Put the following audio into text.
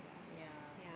ya